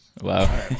Wow